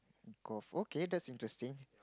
golf okay that's interesting